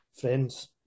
Friends